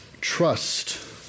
Trust